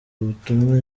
butumwa